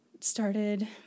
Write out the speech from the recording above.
started